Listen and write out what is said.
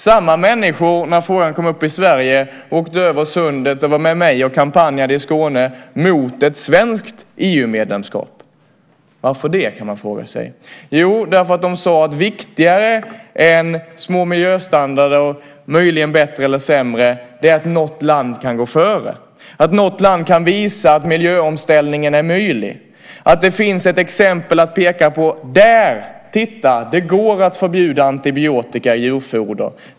Samma människor åkte när frågan kom upp i Sverige över sundet och kampanjade tillsammans med mig i Skåne mot ett svenskt EU-medlemskap. Varför det? kan man fråga sig. Jo, de sade att viktigare än små miljöstandarder, möjligen bättre eller sämre, är att något land kan gå före, att något land kan visa att miljöomställningen är möjlig, att det finns exempel att peka på: Titta där, det går att förbjuda antibiotika i djurfoder!